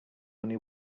only